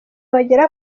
bagera